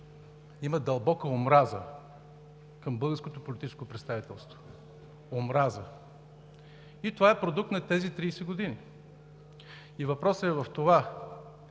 Има дълбока омраза към българското политическо представителство. Омраза. И това е продукт на тези 30 години. Въпросът е в това,